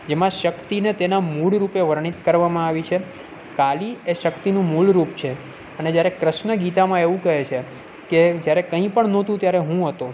જેમાં શક્તિને તેના મૂળ રૂપે વર્ણીત કરવામાં આવી છે કાલી એ શક્તિનું મૂળ રૂપ છે અને જ્યારે ક્રષ્ન ગીતામાં એવું કહે છે કે જ્યારે કંઈપણ નહોતું ત્યારે હું હતો